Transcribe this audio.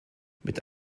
mit